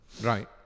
Right